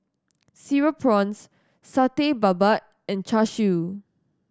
Cereal Prawns Satay Babat and Char Siu